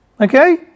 okay